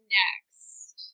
next